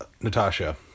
Natasha